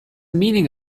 meaning